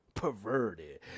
perverted